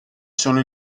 sono